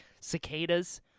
cicadas